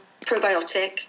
probiotic